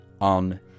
on